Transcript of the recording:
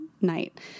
night